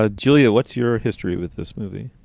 ah julia, what's your history with this movie?